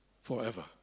forever